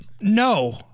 No